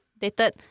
dated